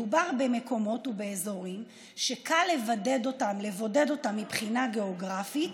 מדובר במקומות ובאזורים שקל לבודד אותם מבחינה גיאוגרפית,